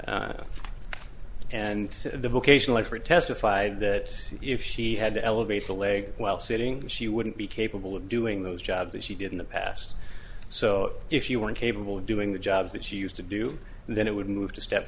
sitting and the vocational expert testified that if she had to elevate the leg while sitting she wouldn't be capable of doing those jobs as she did in the past so if you weren't capable of doing the job that she used to do then it would move to step